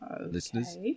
listeners